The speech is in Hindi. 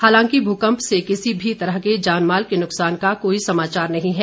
हालांकि भूकम्प से किसी भी तरह के जानमाल के नुकसान का कोई समाचार नही है